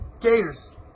Gators